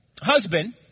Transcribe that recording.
husband